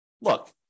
look